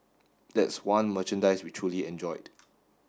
that's one merchandise we truly enjoyed